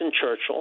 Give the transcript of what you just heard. Churchill